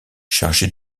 chargé